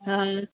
हा